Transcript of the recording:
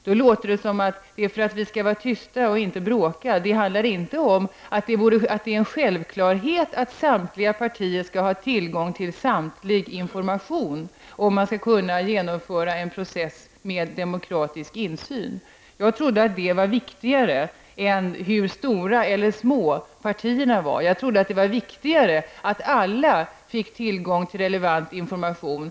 Det låter som att tanken är att vi skall vara tysta och inte bråka. Det handlar inte om att det är en självklarhet att samtliga partier måste ha tillgång till all information om man skall kunna genomföra en process med demokratisk insyn. Jag trodde att det var viktigare än hur stora eller små partierna var. Jag trodde att det var viktigare att alla fick tillgång till relevant information.